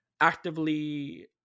actively